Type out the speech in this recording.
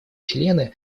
члены